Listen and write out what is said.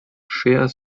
share